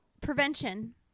prevention